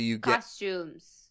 Costumes